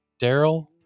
Daryl